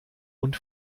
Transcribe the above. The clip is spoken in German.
und